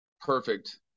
perfect